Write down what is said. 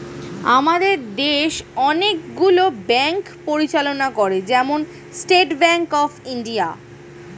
আমাদের দেশ অনেক গুলো ব্যাঙ্ক পরিচালনা করে, যেমন স্টেট ব্যাঙ্ক অফ ইন্ডিয়া